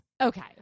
Okay